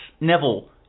neville